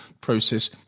process